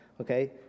okay